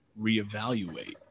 reevaluate